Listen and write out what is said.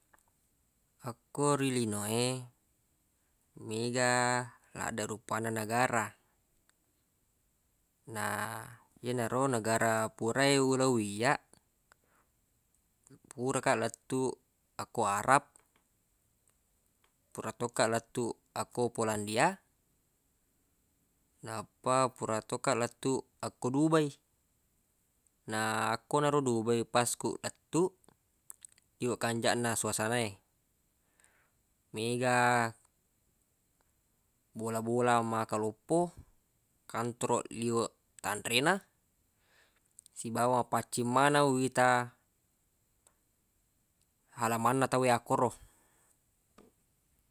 Akko ri lino e mega ladde rupanna negara na yenaro negara pura eulowwi iyyaq purakaq lettuq akko arab pura tokkaq lettu akko polandia nappa pura tokkaq lettu akko dubai na akkonaro dubai pas ku lettuq liweq kanjaq na suasana e mega bola-bola maka loppo kantoro liweq tanre na sibawa paccing maneng wita halamanna tawwe akkoro.